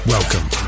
Welcome